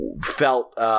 felt –